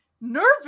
nervous